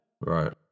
Right